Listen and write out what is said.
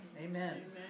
Amen